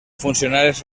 funcionaris